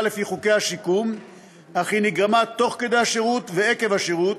לפי חוקי השיקום אך היא נגרמה תוך כדי השירות ועקב השירות,